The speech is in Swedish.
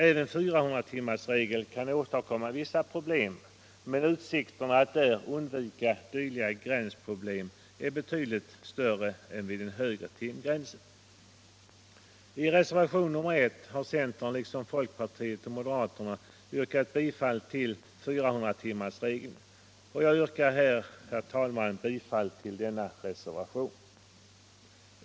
Även 400-timmarsregeln kan åstadkomma vissa problem, men utsikterna att där undvika dylika gränsproblem är betydligt större än vid den högre timgränsen. I reservationen 1 har centern liksom folkpartiet och moderata samlingspartiet yrkat bifall till 400-timmarsregeln, och jag yrkar, herr talman, bifall till denna reservation.